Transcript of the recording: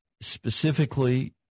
Specifically